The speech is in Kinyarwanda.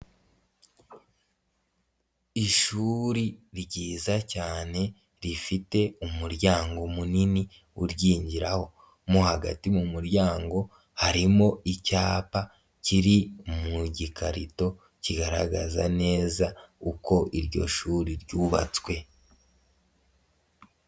Ishuri ryiza cyane rifite umuryango munini uryingiraho, mo hagati mu muryango harimo icyapa kiri mu gikarito kigaragaza neza uko iryo shuri ryubatswe.